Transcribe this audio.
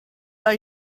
are